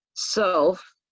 self